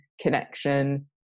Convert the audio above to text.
connection